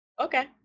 Okay